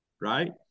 Right